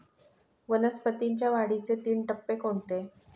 वनस्पतींच्या वाढीचे तीन टप्पे कोणते?